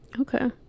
Okay